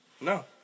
No